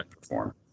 perform